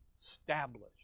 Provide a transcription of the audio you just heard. established